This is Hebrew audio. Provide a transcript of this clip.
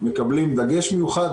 מקבלים דגש מיוחד,